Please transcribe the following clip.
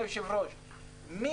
פה.